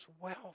wealth